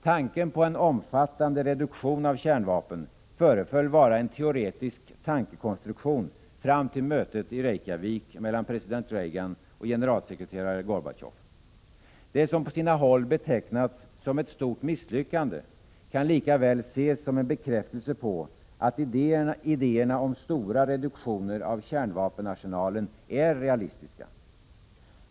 Tanken på en omfattande reduktion av kärnvapen föreföll vara en teoretisk tankekonstruktion fram till mötet i Reykjavik mellan president Reagan och generalsekreterare Gorbatjov. Det som på sina håll betecknats som ett stort misslyckande kan lika väl ses som en bekräftelse på att idéerna om stora reduktioner av kärnvapenarsenalen är realistiska.